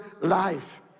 life